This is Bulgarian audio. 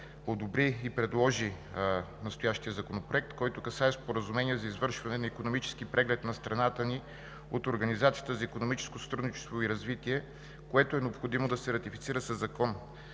одобри и предложи настоящия Законопроект, който касае Споразумение за извършване на икономически преглед на страната ни от Организацията за икономическо сътрудничество и развитие, което е необходимо да се ратифицира със закон.